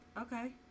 Okay